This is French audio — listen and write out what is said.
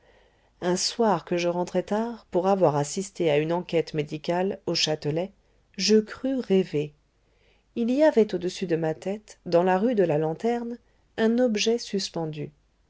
un soir que je rentrais tard pour avoir assisté à une enquête médicale au châtelet je crus rêver il y avait au-dessus de ma tête dans la rue de la lanterne un objet suspendu